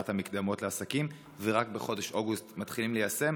המקדמות לעסקים ורק בחודש אוגוסט מתחילים ליישם?